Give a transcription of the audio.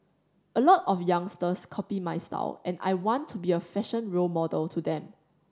a lot of youngsters copy my style and I want to be a fashion role model to them